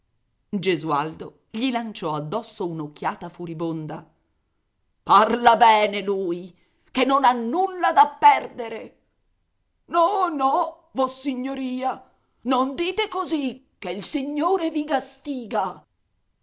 gesualdo gli lanciò addosso un'occhiata furibonda parla bene lui che non ha nulla da perdere no no vossignoria non dite così che il signore vi gastiga